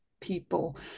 people